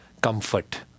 comfort